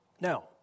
Now